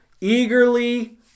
eagerly